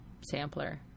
sampler